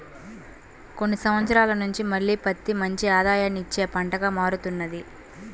కొన్ని సంవత్సరాల నుంచి మళ్ళీ పత్తి మంచి ఆదాయాన్ని ఇచ్చే పంటగా మారుతున్నది